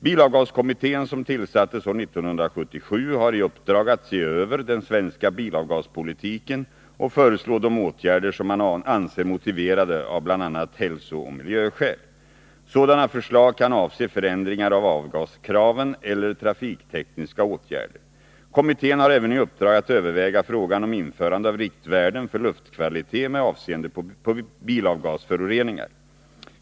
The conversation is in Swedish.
Bilavgaskommittén, som tillsattes år 1977, har i uppdrag att se över den svenska bilavgaspolitiken och föreslå de åtgärder som man anser motiverade av bl.a. hälsooch miljöskäl. Sådana förslag kan avse förändringar av avgaskraven eller trafiktekniska åtgärder. Kommittén har även i uppdrag att överväga frågan om införande av riktvärden för luftkvalitet med avseende på bilavgasföroreningar.